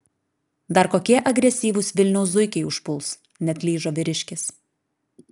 dar kokie agresyvūs vilniaus zuikiai užpuls neatlyžo vyriškis